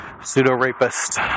pseudo-rapist